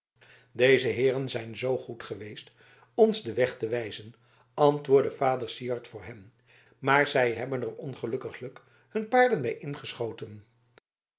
deze heeren zijn zoo goed geweest ons den weg te wijzen antwoordde vader syard voor hen maar zij hebben er ongelukkiglijk hun paarden bij ingeschoten